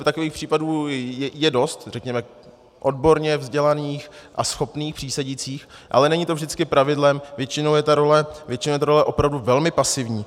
Takových případů je dost, řekněme odborně vzdělaných a schopných přísedících, ale není to vždycky pravidlem, většinou je ta role opravdu velmi pasivní.